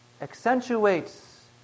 accentuates